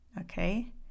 Okay